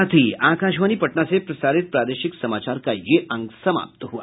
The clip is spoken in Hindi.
इसके साथ ही आकाशवाणी पटना से प्रसारित प्रादेशिक समाचार का ये अंक समाप्त हुआ